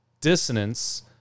...dissonance